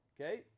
okay